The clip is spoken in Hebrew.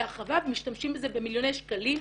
הרחבה ומשתמשים בזה במיליוני שקלים.